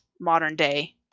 modern-day